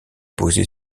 posée